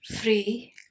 free